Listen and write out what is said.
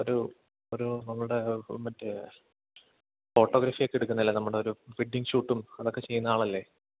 ഒരു ഒരു നമ്മളുടെ മറ്റേ ഫോട്ടോഗ്രഫിയൊക്കെ എടുക്കുന്നതല്ലേ നമ്മുടൊരു വെഡ്ഡിങ് ഷൂട്ടും അതൊക്കെ ചെയ്യുന്ന ആളല്ലേ